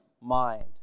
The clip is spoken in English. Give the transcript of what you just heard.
mind